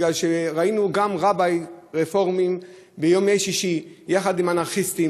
כי ראינו גם רביי רפורמים בימי שישי יחד עם אנרכיסטים,